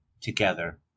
together